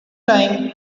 time